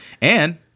And-